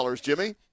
Jimmy